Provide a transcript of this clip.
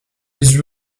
his